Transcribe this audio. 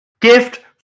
Gift